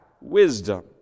wisdom